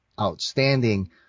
outstanding